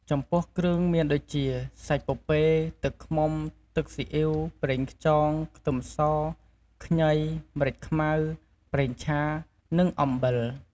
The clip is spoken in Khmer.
ចំពោះគ្រឿងមានដូចជា សាច់ពពែ ទឹកឃ្មុំ ទឹកស៊ីអ៉ីវ ប្រេងខ្យង ខ្ទឹមស ខ្ញី ម្រេចខ្មៅ ប្រេងឆា និងអំបិល។